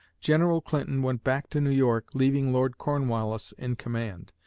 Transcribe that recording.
general clinton went back to new york, leaving lord cornwallis in command,